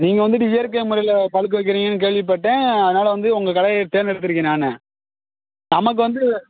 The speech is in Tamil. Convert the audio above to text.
நீங்கள் வந்துட்டு இயற்கை முறையில் பழுக்க வைக்கிறீங்கன்னு கேள்விப்பட்டேன் அதனால் வந்து உங்கள் கடையை தேர்ந்தெடுத்திருக்கேன் நான் நமக்கு வந்து